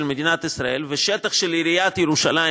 מדינת ישראל ולשטח של עיריית ירושלים,